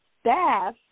staff